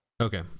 Okay